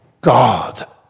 God